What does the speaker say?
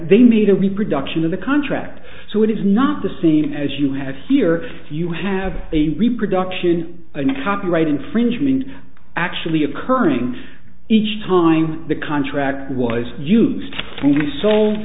they made a reproduction of the contract so it is not the same as you have here if you have a reproduction and a copyright infringement actually occurring each time the contract was used to be sold